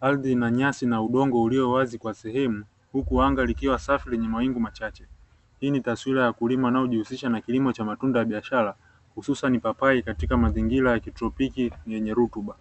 aridhi ina nyasi na udongo uliowazi kwa sehemu, huku anga likiwa safi lenye mawingu machache, hii ni taswira ya wakulima wanaojihusiha na kilimo cha matunda ya biashara, hususani papai katika mazingira ya kitropiki yenye rutuba.